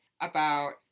about-